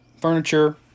furniture